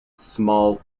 small